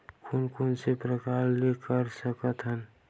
कोन कोन से प्रकार ले कर सकत हन?